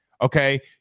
Okay